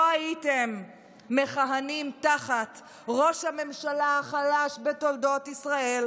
הייתם מכהנים תחת ראש הממשלה החלש בתולדות ישראל,